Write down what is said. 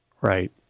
Right